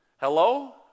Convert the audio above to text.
Hello